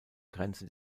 grenze